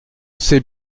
c’est